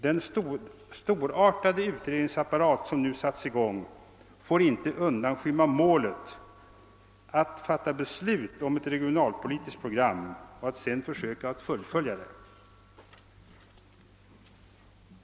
Den storartade utredningsapparat som nu satts i gång får inte undanskymma målet: att fatta beslut om ett regionalpolitiskt program och sedan försöka fullfölja det.